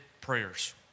prayers